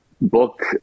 book